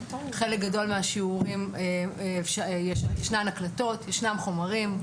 בחלק גדול מהשיעורים ישנן הקלטות, ישנם חומרים.